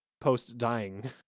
post-dying